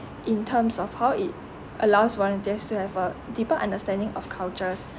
in terms of how it allows volunteers to have a deeper understanding of cultures